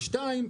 ושניים,